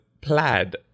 Plaid